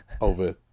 over